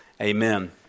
Amen